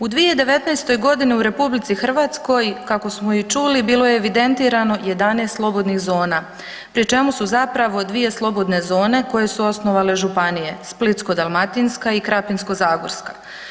U 2019. g. u RH kako smo i čuli, bilo je evidentirano 11 slobodnih zona, pri čemu su zapravo 2 slobodne zone koje su osnovale županije, Splitsko-dalmatinska i Krapinsko-zagorska.